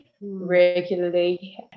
regularly